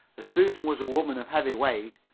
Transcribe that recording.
as susan was a woman of heavy weight,